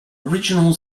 original